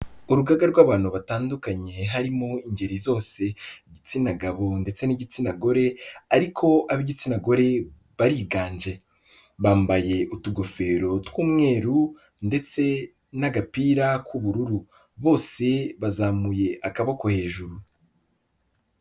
Urugaga rw'abantu batandukanye harimo ingeri zose, igitsina gabo ndetse n'igitsina gore, ariko abo igitsina gore bariganje, bambaye utugofero tw'umweru ndetse n'agapira k'ubururu bose bazamuye akaboko hejuru.